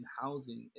housing